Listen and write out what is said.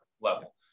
level